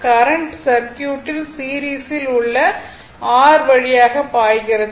current சர்க்யூட்டில் சீரிஸில் உள்ள R வழியாக பாய்கிறது